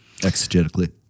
exegetically